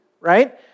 right